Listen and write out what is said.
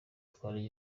itwara